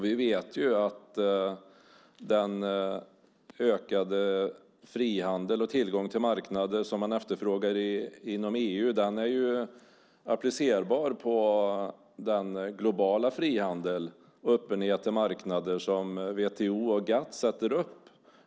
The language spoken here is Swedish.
Vi vet att den ökade frihandeln och tillgång till marknader som man efterfrågar inom EU är applicerbar på den globala frihandeln och öppenhet till marknader som WTO och GATS sätter upp.